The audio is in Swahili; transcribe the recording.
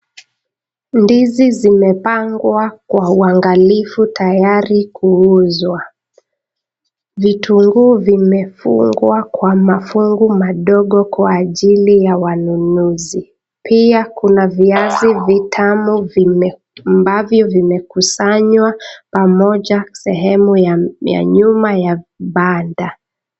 Ndizi zimepangwa kwa uangalifu tayari kuuzwa, vitunguu vimefungwa kwa mafungo mandogo kwa ajili ya wanunuzi ,pia kuna viazi vitamu ambavyo vimekusanywa pamoja sehemu ya nyuma ya banda.